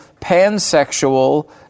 pansexual